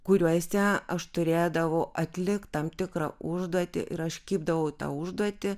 kuriuose aš turėdavau atlikt tam tikrą užduotį ir aš kibdavau į tą užduotį